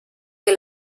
que